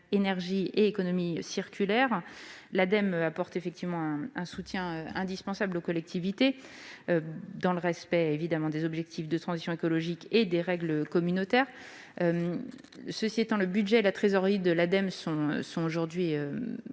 et économie circulaire. L'Ademe apporte effectivement un soutien indispensable aux collectivités, dans le respect des objectifs de transition écologique et des règles communautaires. Cela étant, le budget et la trésorerie de l'Ademe sont aujourd'hui,